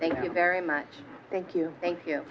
thank you very much thank you thank